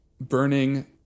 burning